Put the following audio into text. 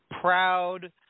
proud